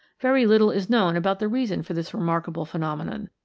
very little is known about the reason for this remarkable phenomenon.